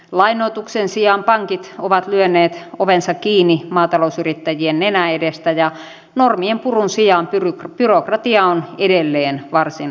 lainoituksen sijaan pankit ovat lyöneet ovensa kiinni maatalousyrittäjien nenän edestä ja normien purun sijaan byrokratia on edelleen varsin raskasta